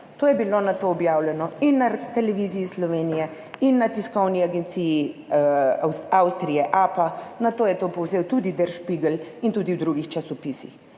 To je bilo nato objavljeno na Televiziji Slovenija in na tiskovni agenciji Avstrije APA, nato je to povzel tudi Der Spiegel in tudi v drugih časopisih